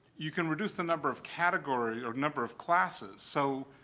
you can reduce the number of categories or number of classes so,